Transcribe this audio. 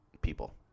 people